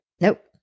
Nope